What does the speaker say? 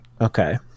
Okay